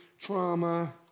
trauma